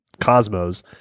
Cosmos